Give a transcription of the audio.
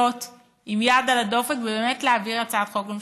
עם יד על הדופק ובאמת להעביר הצעת חוק ממשלתית.